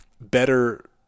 better